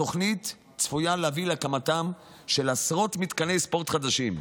התוכנית צפויה להביא להקמתם של עשרות מתקני ספורט חדשים,